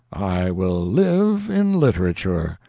i will live in literature,